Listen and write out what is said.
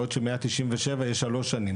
בעוד שב-197 יש 3 שנים.